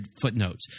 footnotes